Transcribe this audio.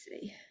see